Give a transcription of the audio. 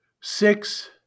Six